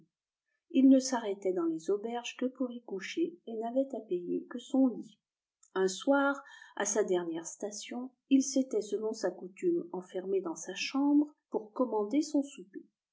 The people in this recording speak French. il ne s'arrêtait dans les auberges que pour y coucher et n'avait à payer que son lit un soir à sa dernière station il s'était selon sa coutume enfermé dans sa chambre pour commander son souper